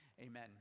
Amen